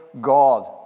God